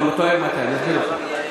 אתה טועה ומטעה, אני אסביר לך.